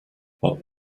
but